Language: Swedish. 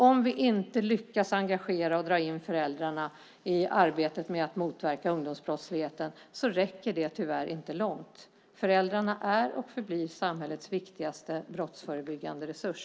Om vi inte lyckas engagera och dra in föräldrarna i arbetet med att motverka ungdomsbrottsligheten räcker det tyvärr inte långt. Föräldrarna är och förblir samhällets viktigaste brottsförebyggande resurs.